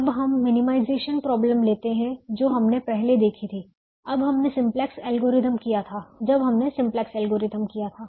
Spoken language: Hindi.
अब हम मिनिमाइजेशन प्रॉब्लम लेते हैं जो हमने पहले देखी थी जब हमने सिंप्लेक्स एल्गोरिथ्म किया था